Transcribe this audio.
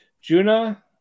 Juna